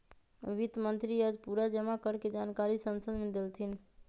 वित्त मंत्री आज पूरा जमा कर के जानकारी संसद मे देलथिन